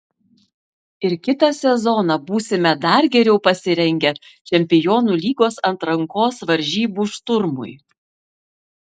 ir kitą sezoną būsime dar geriau pasirengę čempionų lygos atrankos varžybų šturmui